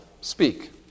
speak